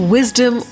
Wisdom